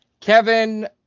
Kevin